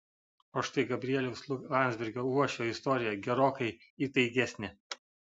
o štai gabrieliaus landsbergio uošvio istorija gerokai įtaigesnė